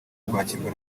kwakirwa